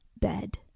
bed